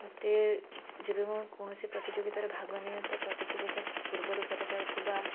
ମୋତେ ଯେବେ ମୁଁ କୌଣସି ପ୍ରତିଯୋଗିତାରେ ଭାଗ ନିଏ ତ ପ୍ରତିଯୋଗିତାରେ ପୂର୍ବରୁ କରାଯାଉଥିବା